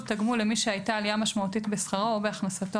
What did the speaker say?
תגמול למי שהייתה עלייה משמעותית בשכרו או בהכנסתו